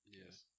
Yes